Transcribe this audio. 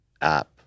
app